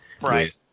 right